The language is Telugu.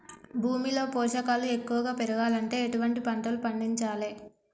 భూమిలో పోషకాలు ఎక్కువగా పెరగాలంటే ఎటువంటి పంటలు పండించాలే?